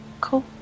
Cool